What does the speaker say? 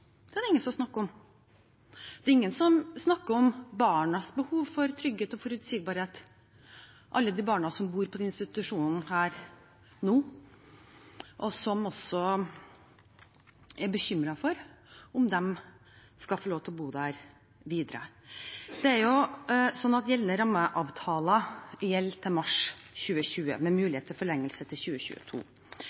Det er det ingen som snakker om. Det er ingen som snakker om barnas behov for trygghet og forutsigbarhet – alle de barna som bor på disse institusjonene nå, og som er bekymret for om de skal få lov til å bo der videre. Gjeldende rammeavtale gjelder til mars 2020, med mulighet for forlengelse til 2022.